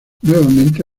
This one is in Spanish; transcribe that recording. nuevamente